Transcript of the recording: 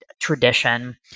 tradition